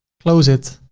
close it.